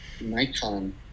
Nikon